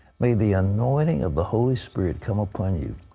may the anointing of the holy spirit come upon you.